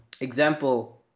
Example